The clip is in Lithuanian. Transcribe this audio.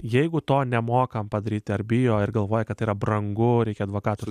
jeigu to nemokam padaryt ar bijo ir galvoja kad tai yra brangu reikia advokato